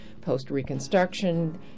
post-Reconstruction